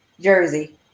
jersey